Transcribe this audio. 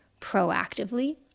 proactively